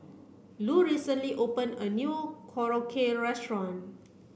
Lu recently open a new Korokke restaurant